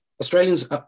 Australians